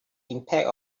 impact